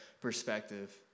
perspective